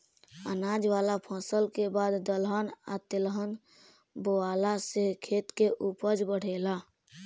अनाज वाला फसल के बाद दलहन आ तेलहन बोआला से खेत के ऊपज बढ़ेला